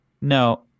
No